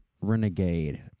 Renegade